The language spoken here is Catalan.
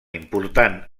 important